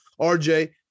RJ